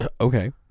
Okay